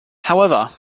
however